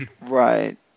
right